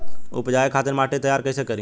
उपजाये खातिर माटी तैयारी कइसे करी?